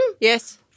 yes